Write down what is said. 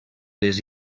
les